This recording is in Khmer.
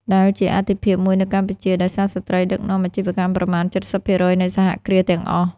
ដែលជាអាទិភាពមួយនៅកម្ពុជា ដោយសារស្ត្រីដឹកនាំអាជីវកម្មប្រមាណ ៧០% នៃសហគ្រាសទាំងអស់។